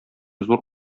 зур